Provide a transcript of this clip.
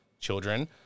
children